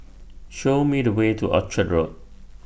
Show Me The Way to Orchard Road